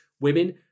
women